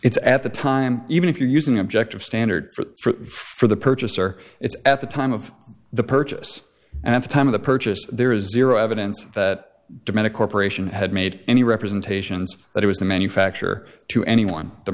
it's at the time even if you're using objective standard for for the purchaser it's at the time of the purchase and at the time of the purchase there is zero evidence that demand a corporation had made any representations that it was the manufacture to anyone the